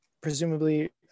presumably